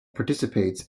participates